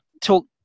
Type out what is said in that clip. talk